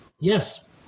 yes